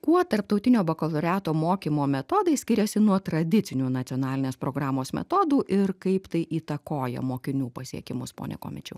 kuo tarptautinio bakalaureato mokymo metodai skiriasi nuo tradicinių nacionalinės programos metodų ir kaip tai įtakoja mokinių pasiekimus pone komičiau